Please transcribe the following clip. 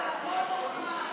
אז תודה רבה.